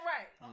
Right